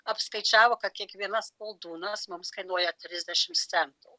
apskaičiavo kad kiekvienas koldūnas mums kainuoja trisdešimt centų